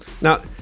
now